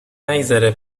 نگذره